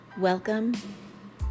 Welcome